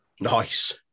Nice